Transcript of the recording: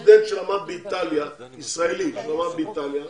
במה שונה סטודנט ישראלי שלמד באיטליה